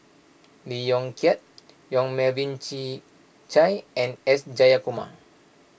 Lee Yong Kiat Yong Melvin Yik Chye and S Jayakumar